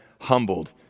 humbled